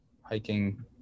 Hiking